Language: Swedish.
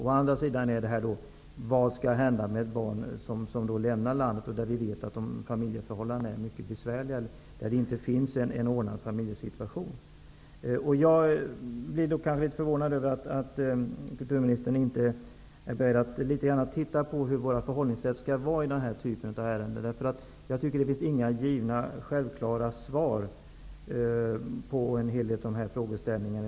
Å andra sidan finns då frågan vad som skall hända med ett barn som lämnar landet och där vi vet att familjeförhållandena är mycket besvärliga eller där det inte finns en ordnad familjesituation. Då blir jag litet förvånad över att kulturministern inte är beredd att titta litet på hur vårt förhållningssätt skall vara i den här typen av ärenden. Jag tycker inte att det finns några givna och självklara svar på dessa frågeställningar.